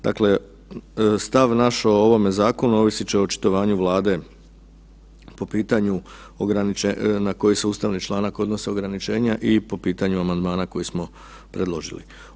Dakle, stav naš o ovome zakonu ovisit će o očitovanju Vlade po pitanju ograničenja, na koji se ustavni članak odnose ograničenja i po pitanju amandmana koji smo predložili.